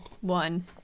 one